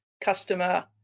customer